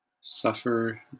Suffer